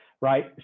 right